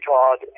Todd